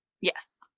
Yes